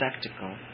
spectacle